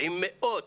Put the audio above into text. עם מאיות